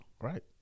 Right